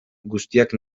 guztiak